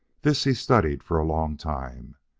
this he studied for a long time.